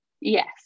yes